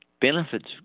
benefits